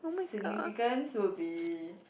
significance would be